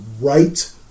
right